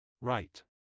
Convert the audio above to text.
Right